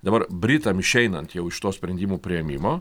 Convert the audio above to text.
dabar britam išeinant jau iš to sprendimų priėmimo